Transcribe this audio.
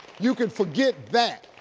you can forget that.